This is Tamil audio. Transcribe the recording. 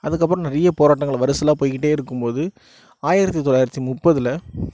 அதுக்கப்புறம் நிறைய போராட்டங்கள் வருசலாக போய்க்கிட்டே இருக்கும் போது ஆயிரத்தி தொள்ளாயிரத்தி முப்பதில்